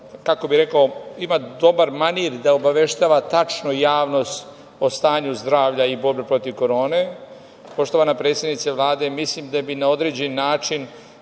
krizni štab ima dobar manir da obaveštava tačno javnost o stanju zdravlja i borbe protiv Korone. Poštovana predsednice Vlade, mislim da bi na određen način